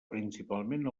principalment